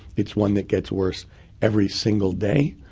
it's one that gets worse every single day,